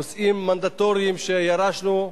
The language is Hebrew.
נושאים מנדטוריים שירשנו,